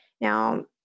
Now